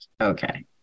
okay